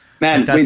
man